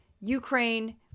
Ukraine